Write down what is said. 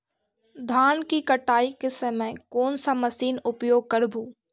धान की कटाई के समय कोन सा मशीन उपयोग करबू?